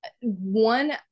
One